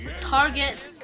target